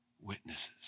witnesses